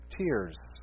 tears